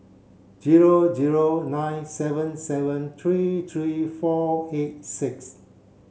zero zero nine seven seven three three four eight six